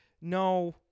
No